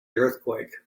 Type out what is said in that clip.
earthquake